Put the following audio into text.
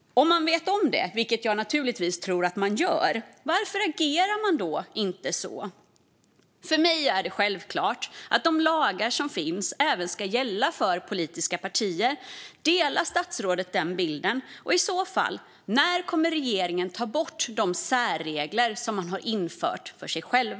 Om man vet om det, vilket jag naturligtvis tror att man gör - varför agerar man då inte så? För mig är det självklart att de lagar som finns även ska gälla politiska partier. Delar statsrådet den bilden? Och i så fall - när kommer regeringen att ta bort de särregler som man har infört för sig själv?